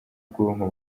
ubwonko